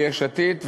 ביש עתיד,